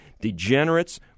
degenerates